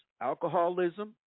alcoholism